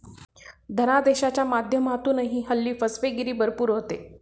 धनादेशाच्या माध्यमातूनही हल्ली फसवेगिरी भरपूर होते